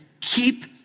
keep